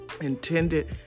intended